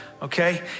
Okay